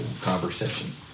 conversation